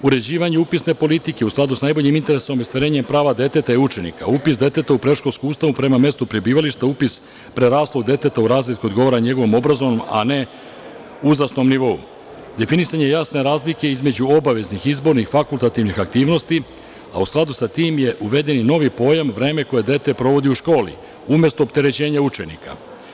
Uređivanjem upisne politike u skladu sa najboljim interesima ostvarenja prava deteta je učenik, a upis deteta u predškolsku ustanovu prema mestu prebivališta, upis preraslog deteta u razred koji odgovara njegovom obrazovnom, a ne uzrasnom nivou, definisanje jasne razlike između obaveznih, izbornih, fakultativnih aktivnosti, a u skladu sa tim je uveden i novi pojam „vreme koje dete provodi u školi“, umesto opterećenje učenika.